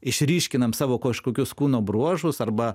išryškinam savo kažkokius kūno bruožus arba